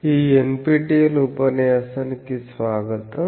ఈ NPTEL ఉపన్యాసానికి స్వాగతం